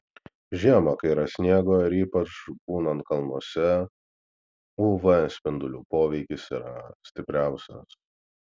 žiemą kai yra sniego ir ypač būnant kalnuose uv spindulių poveikis yra stipriausias